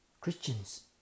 Christians